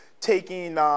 taking